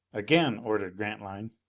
again! ordered grantline.